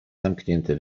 zamknięty